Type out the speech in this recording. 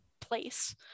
place